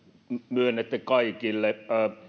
myönnetään kaikille